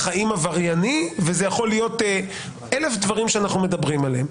חיים עברייני וזה יכול להיות אלף דברים שאנחנו מדברים עליהם.